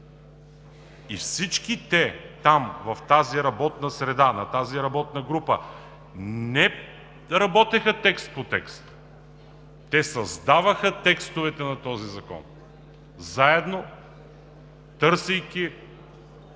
и всички те там, в тази работна среда, на тази работна група, не работиха текст по текст, те създаваха текстовете на този закон заедно, търсейки този